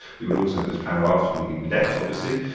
we would also have this power after we left obviously,